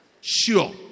Sure